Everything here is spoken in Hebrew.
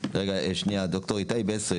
ד"ר איתי בסר,